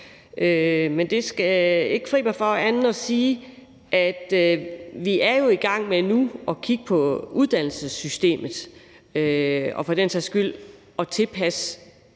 Men det skal ikke forhindre mig i at sige, at vi jo er i gang med at kigge på uddannelsessystemet nu og for den sags skyld at tilpasse